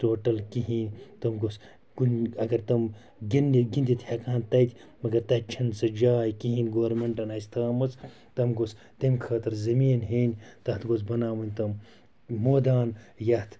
total کِہیٖنۍ تم گوٚژھ کُنہِ اگر تم گِنٛدنہِ گِنٛدِتھ ہٮ۪کہٕ ہَن تَتہِ مگر تَتہِ چھِنہٕ سۄ جاے کِہیٖنۍ گورمٮ۪نٛٹَن آسہِ تھٲومٕژ تم گوٚژھ تمہِ خٲطرٕ زٔمیٖن ہیٚنۍ تَتھ گوٚژھ بَناوٕنۍ تم مٲدان یَتھ